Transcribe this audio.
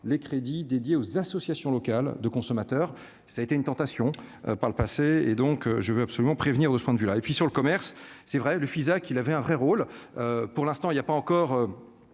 les crédits dédiés aux associations locales de consommateurs, ça a été une tentation par le passé et donc je veux absolument prévenir de ce point de vue là et puis sur le commerce, c'est vrai, le Fisac, il avait un vrai rôle pour l'instant, il y a pas encore